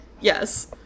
Yes